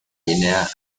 guinea